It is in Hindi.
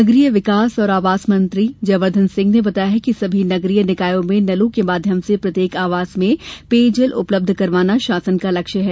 नगरीय विकास और आवास मंत्री जयवर्धन सिंह ने बताया है कि सभी नगरीय निकायों में नलों के माध्यम से प्रत्येक आवास में पेयजल उपलब्ध करवाना शासन का लक्ष्य है